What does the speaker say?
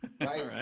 Right